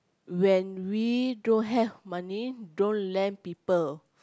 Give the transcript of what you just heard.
when we don't have money don't lend people